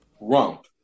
Rump